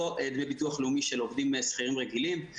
ביטוח לאומי של עובדים שכירים רגילים,